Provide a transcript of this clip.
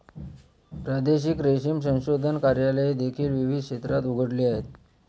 प्रादेशिक रेशीम संशोधन कार्यालये देखील विविध क्षेत्रात उघडली आहेत